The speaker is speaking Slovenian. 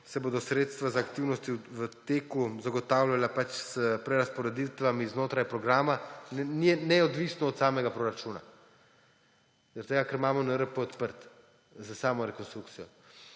se bodo sredstva za aktivnosti v teku zagotavljala pač s prerazporeditvami znotraj programa, neodvisno od samega proračuna zaradi tega, ker imamo NRP odprt za samo rekonstrukcijo.